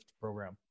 program